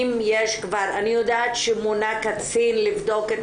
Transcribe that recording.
אני יודעת שמונה קצין לבדוק את